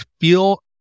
feel